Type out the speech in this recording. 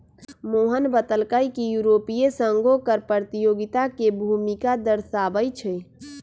मोहन बतलकई कि यूरोपीय संघो कर प्रतियोगिता के भूमिका दर्शावाई छई